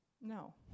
no